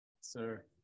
Sir